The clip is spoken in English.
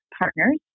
partners